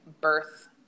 birth